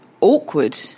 awkward